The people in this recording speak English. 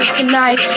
tonight